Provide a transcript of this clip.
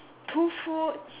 two food